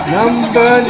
number